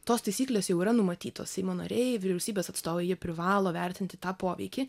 tos taisyklės jau yra numatytos seimo nariai vyriausybės atstovai jie privalo vertinti tą poveikį